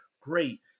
Great